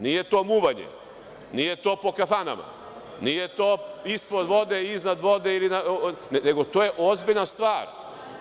Nije to muvanje, nije to po kafanama, nije to ispod vode, iznad vode, nego to je ozbiljna stvar.